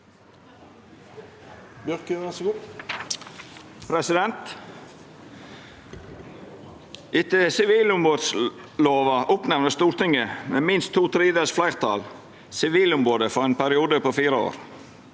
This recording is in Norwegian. Et- ter sivilombodslova oppnemner Stortinget ved minst to tredjedels fleirtal sivilombodet for ein periode på fire år.